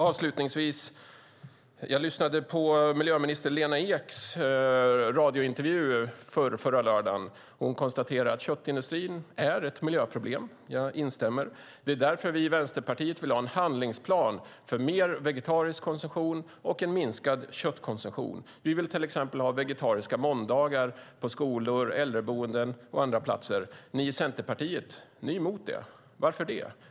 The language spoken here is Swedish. Avslutningsvis vill jag säga att jag lyssnade på radiointervjun med miljöminister Lena Ek förrförra lördagen. Hon konstaterade att köttindustrin är ett miljöproblem. Jag instämmer. Det är därför vi i Vänsterpartiet vill ha en handlingsplan för mer vegetarisk konsumtion och en minskad köttkonsumtion. Vi vill till exempel ha vegetariska måndagar på skolor, äldreboenden och andra platser. Ni i Centerpartiet är emot det. Varför det?